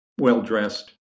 well-dressed